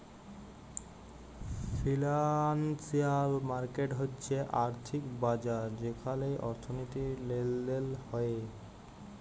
financial market হচ্যে আর্থিক বাজার যেখালে অর্থনীতির লেলদেল হ্য়েয়